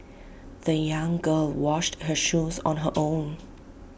the young girl washed her shoes on her own